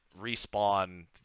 respawn